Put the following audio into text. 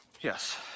Yes